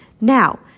Now